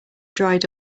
dried